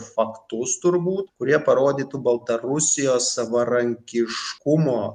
faktus turbūt kurie parodytų baltarusijos savarankiškumo